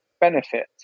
benefit